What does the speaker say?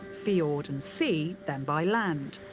fjord and sea than by land.